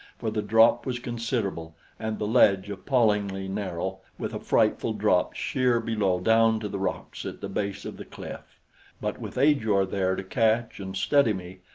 for the drop was considerable and the ledge appallingly narrow, with a frightful drop sheer below down to the rocks at the base of the cliff but with ajor there to catch and steady me,